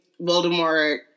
Voldemort